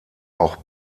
auch